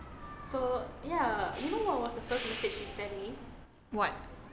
what